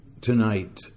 tonight